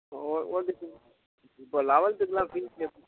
ஓ okay sir இப்போது லவல்த்துக்குலாம் fees எப்படி